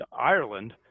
Ireland